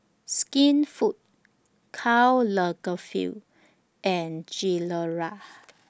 Skinfood Karl Lagerfeld and Gilera